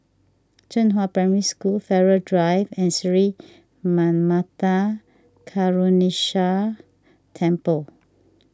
Zhenghua Primary School Farrer Drive and Sri Manmatha Karuneshvarar Temple